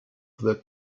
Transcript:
the